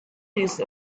use